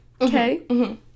Okay